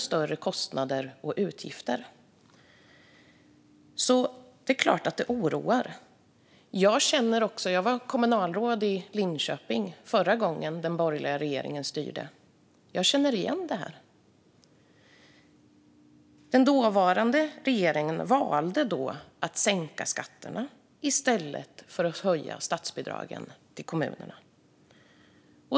Det är klart att detta oroar. Jag var kommunalråd i Linköping förra gången den borgerliga regeringen styrde. Jag känner igen detta. Den dåvarande regeringen valde att sänka skatterna i stället för att höja statsbidragen till kommunerna.